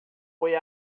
foi